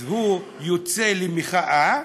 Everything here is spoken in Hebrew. אז הוא יוצא למחאה,